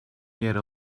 yer